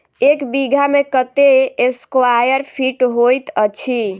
एक बीघा मे कत्ते स्क्वायर फीट होइत अछि?